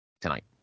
tonight